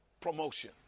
promotion